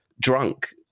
drunk